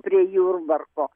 prie jurbarko